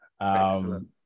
Excellent